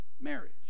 marriage